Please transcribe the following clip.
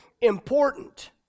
important